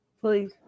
please